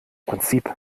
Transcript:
prinzip